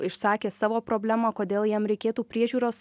išsakė savo problemą kodėl jam reikėtų priežiūros